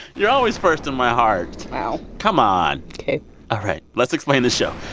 you're always first in my heart wow come on ok all right. let's explain the show.